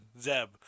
Zeb